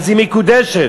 אז היא מקודשת.